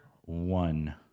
One